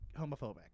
homophobic